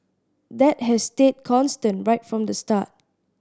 that has stayed constant right from the start